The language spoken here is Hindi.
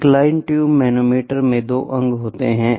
इंक्लाइंड ट्यूब मैनोमीटर में दो अंग होते हैं